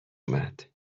اومد